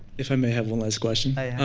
if i may have one last question,